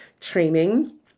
training